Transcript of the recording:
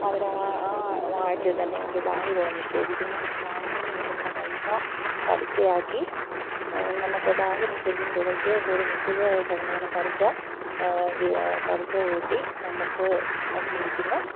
അവരാ ആ ആഴ്ചയില്ത്തന്നെ കൊണ്ട് ബാങ്കില് കൊണ്ടുപോയി നിക്ഷേപിക്കുന്നു ബാങ്കില് നിന്ന് കിട്ടുന്ന പൈസ പലിശയാക്കി നമുക്ക് ബാങ്കില് നിക്ഷേപിക്കുന്ന തുകയ്ക്ക് ഒരു നിശ്ചിത ശതമാനം പലിശ പലിശ കൂട്ടി നമുക്ക് അത് ലഭിക്കുന്നു